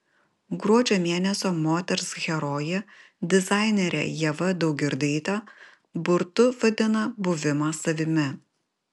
gruodžio mėnesio moters herojė dizainerė ieva daugirdaitė burtu vadina buvimą savimi